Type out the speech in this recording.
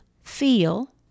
feel